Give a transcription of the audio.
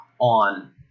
on